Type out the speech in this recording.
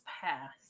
Past